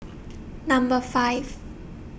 Number five